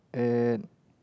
eh